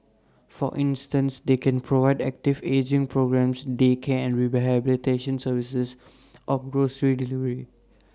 for instance they can provide active ageing programmes daycare and rehabilitation services or grocery delivery